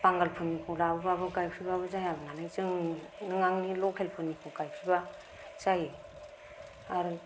बांगालफोरनिखौ लाबोबाबो गायफैबाबो जाया नालाय जों नों आं लखेलफोरनिखौ गायफैबा जायो आरो